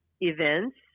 events